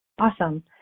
Awesome